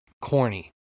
corny